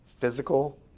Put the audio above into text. physical